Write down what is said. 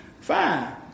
fine